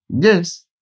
Yes